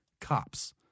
cops